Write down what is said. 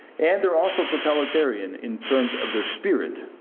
and they're also totalitarian in terms of their spirit.